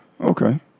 Okay